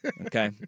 Okay